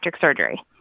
surgery